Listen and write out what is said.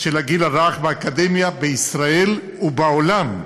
של הגיל הרך באקדמיה בישראל ובעולם,